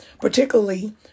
particularly